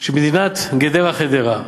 של מדינת גדרה חדרה,